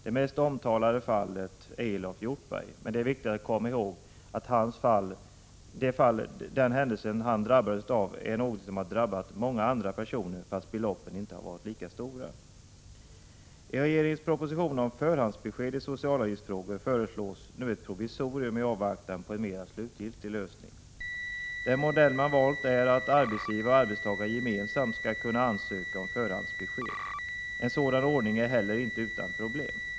Det mest omtalade fallet är Elof Hjortberg, men det är viktigt att komma ihåg att den efterdebitering han drabbades av är något som även har drabbat många andra personer fast beloppen inte har varit lika stora. I regeringens proposition om förhandsbesked i socialavgiftsfrågor föreslås nu ett provisorium i avvaktan på en mera slutgiltig lösning. Den modell regeringen valt är att arbetsgivare och arbetstagare gemensamt skall kunna ansöka om förhandsbesked. En sådan ordning är heller inte utan problem.